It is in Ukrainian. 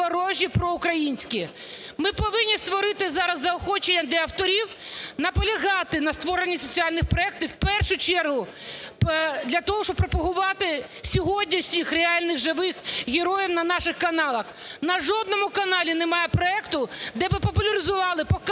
Ми повинні створити зараз заохочення для авторів, наполягати на створенні соціальних проектів в першу чергу для того, щоб пропагувати сьогоднішніх реальних, живих героїв на наших каналах. На жодному каналі немає проекту, де б популяризувати, показували